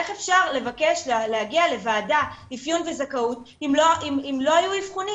איך אפשר לבקש להגיע לוועדת אפיון וזכאות אם לא יהיו אבחונים?